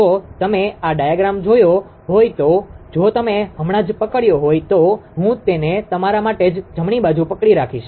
જો તમે આ ડાયાગ્રામ જોયો હોય તો જો તમે હમણાં જ પકડ્યો હોય તો હું તેને તમારા માટે જ જમણી બાજુ પકડી રાખીશ